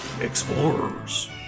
explorers